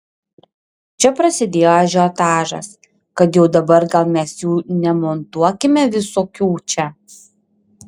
čia prasidėjo ažiotažas kad jau dabar gal mes jų nemontuokime visokių čia